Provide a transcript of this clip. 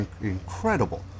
incredible